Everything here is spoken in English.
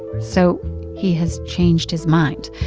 so he has changed his mind,